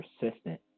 persistent